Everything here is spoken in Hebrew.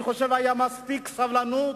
אני חושב שהיתה מספיק סבלנות